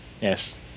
Yes